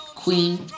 Queen